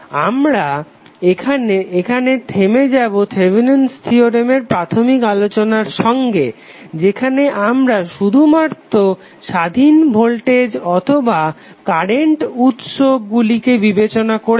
আমরা এখানে থেমে যাবো থেভেনিন'স থিওরেম Thevenin's theorem এর প্রাথমিক আলোচনার সঙ্গে যেখানে আমরা শুধুমাত্র স্বাধীন ভোল্টেজ অথবা কারেন্ট উৎস গুলিকেই বিবেচনা করেছিলাম